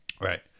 Right